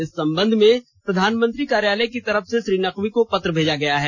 इस संबंध में प्रधानमंत्री कार्यालय की तरफ से श्री नकवी को पत्र भेजा गया है